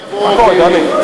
מכובדי,